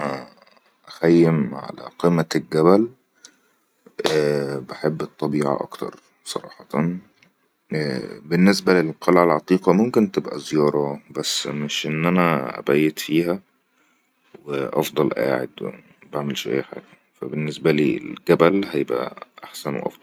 اخيم على قمة الجبل بحب الطبيعه اكتر صراحتن بالنسبة للقلعة العطيقة ممكن تبقى زيارة بس مش ان انا ابيت فيها و افضل أعد و بعملش حاجه ف بالنسبة لجبل هيبقى احسن و افضل